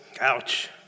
Ouch